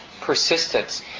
persistence